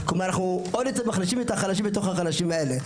אנחנו עוד יותר מחלישים את המוחלשים בתוך אלה.